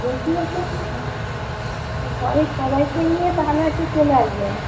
বলছি হচ্ছে ঘরের সবাইকে নিয়ে তাহলে আর কি চলে আসবেন